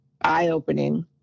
eye-opening